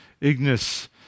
Ignis